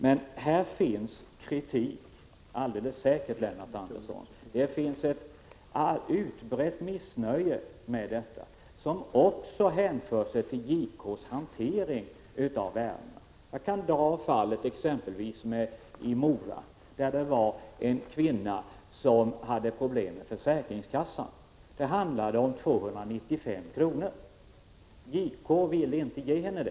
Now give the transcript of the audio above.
Men det finns alldeles säkert, Lennart Andersson, ett utbrett missnöje som också hänför sig till JK:s hantering av ärendena. Låt mig exempelvis nämna fallet med en kvinna i Mora som hade problem med försäkringskassan. Det handlade om 295 kr., som JK inte ville ge henne.